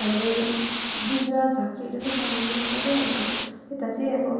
हामीले बिजुवा झाँक्रीहरू नै चलाउने गर्छौँ के हामीले यता चाहिँ अब